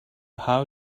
how